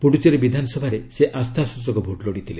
ପୁଡୁଚେରୀ ବିଧାନସଭାରେ ସେ ଆସ୍ଥାସୂଚକ ଭୋଟ ଲୋଡ଼ିଥିଲେ